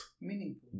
Meaningful